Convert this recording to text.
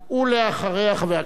ואחריה, חבר הכנסת זאב בילסקי.